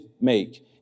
make